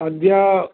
अद्य